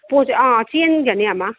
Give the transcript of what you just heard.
ꯄꯣꯠꯁꯦ ꯑꯥ ꯆꯦꯟꯒꯅꯤ ꯑꯃ